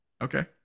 Okay